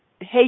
hey